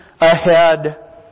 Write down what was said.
ahead